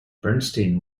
bernstein